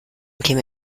käme